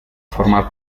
formar